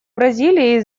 бразилии